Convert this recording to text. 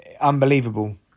Unbelievable